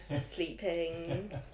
Sleeping